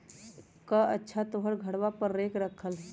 कअच्छा तोहर घरवा पर रेक रखल हई?